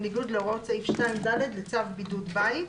בניגוד להוראות סעיף 2(ד) לצו בידוד בית,"